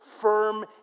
firm